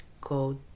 go